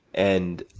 and,